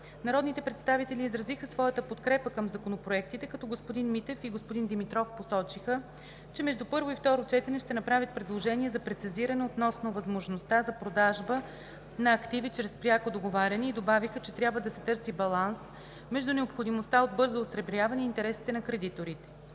Народните представители изразиха своята подкрепа към законопроектите, като господин Митев и господин Димитров посочиха, че между първо и второ четене ще направят предложения за прецизиране относно възможността за продажба на активи чрез пряко договаряне и добавиха, че трябва да се търси баланс между необходимостта от бързо осребряване и интересите на кредиторите.